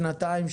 שנתיים,